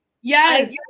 Yes